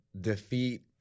defeat